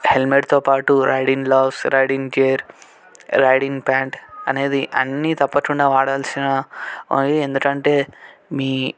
హెల్మెట్తో పాటు riding gloves riding gear riding pant అనేది అన్నీ తప్పకుండా వాడాల్సినవి ఎందుకంటే మీ